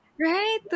right